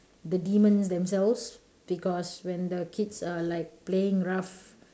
the demons themselves because when the kids are like playing rough